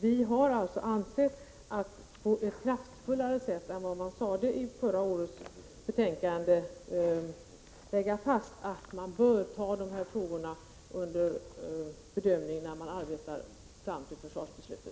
Vi har ansett att man på ett kraftfullare sätt än vad man gjorde i förra årets betänkande skall lägga fast att dessa frågor bör tas med i bedömningen när man arbetar fram försvarsbeslutet.